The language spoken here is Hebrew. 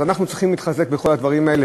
אז אנחנו צריכים להתחזק בכל הדברים האלה,